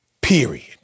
Period